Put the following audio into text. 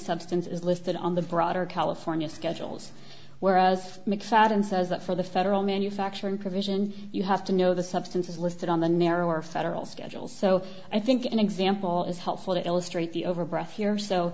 substance is listed on the broader california schedules whereas mcfadden says that for the federal manufacturing provision you have to know the substances listed on the narrower federal schedule so i think an example is helpful to illustrate the overbright here so